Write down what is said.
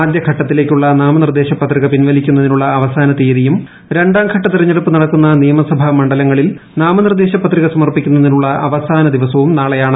ആദ്യ ഘട്ടത്തിലേക്കുള്ള നാമനിർദ്ദേശ പത്രിക പിൻവലിക്കുന്നതിനുള്ള അ്പ്പസാന തീയതിയും രണ്ടാം ഘട്ട തെരഞ്ഞെടുപ്പ് നടക്കുണ്ട് നിയമസഭാ മണ്ഡലങ്ങളിൽ നാമനിർദ്ദേശ പത്രിക സമർപ്പിക്കുന്നതിന്റുള്ള അവസാന ദിവസവും നാളെയാണ്